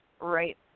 right